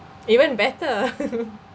even better